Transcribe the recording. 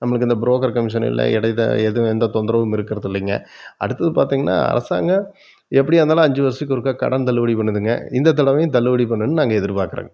நம்மளுக்கு இந்த broker commission இல்லை இடை த எதுவும் எந்த தொந்தரவும் இருக்கிறதில்லைங்க அடுத்தது பார்த்திங்கனா அரசாங்கம் எப்படியாருந்தாலும் அஞ்சு வருஷத்துக்கு ஒருக்கா கடன் தள்ளுபடி பண்ணுதுங்க இந்த தடவையும் தள்ளுபடி பண்ணும்னு நாங்கள் எதிர்பார்க்குறங்க